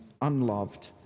unloved